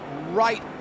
Right